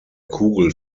kugel